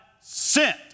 sent